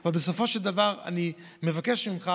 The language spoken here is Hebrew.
אבל בסופו של דבר אני מבקש ממך